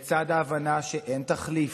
לצד ההבנה שאין תחליף,